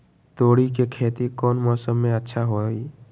तोड़ी के खेती कौन मौसम में अच्छा होई?